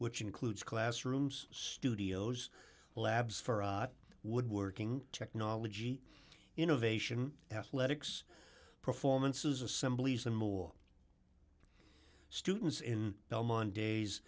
which includes classrooms studios labs for woodworking technology innovation athletics performances assemblies and more students in belmont days